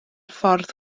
ffordd